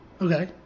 Okay